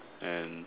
and